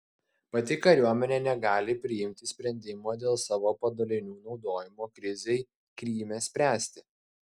pati kariuomenė negali priimti sprendimo dėl savo padalinių naudojimo krizei kryme spręsti